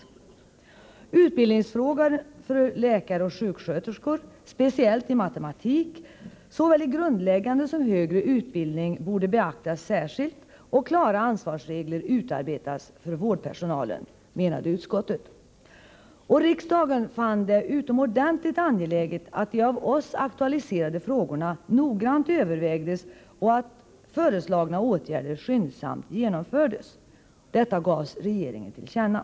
Frågor om utbildning för läkare och sjuksköterskor — speciellt i matematik —såväli grundläggande som högre utbildning borde beaktas särskilt och klara ansvarsregler utarbetas för vårdpersonalen, menade utskottet. Riksdagen fann det utomordentligt angeläget att de av oss aktualiserade frågorna noggrant övervägdes och att föreslagna åtgärder skyndsamt genomfördes. Detta gavs regeringen till känna.